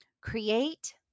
create